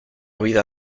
vida